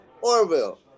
Orville